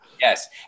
Yes